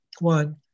One